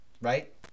right